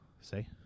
Say-